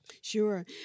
Sure